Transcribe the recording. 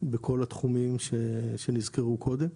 בכל התחומים שנזכרו קודם,